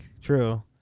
True